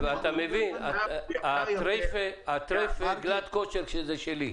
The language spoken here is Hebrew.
זו טרפה וזו נבלה.